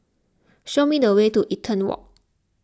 show me the way to Eaton Walk